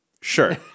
sure